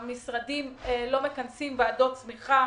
המשרדים לא מכנסים ועדות תמיכה.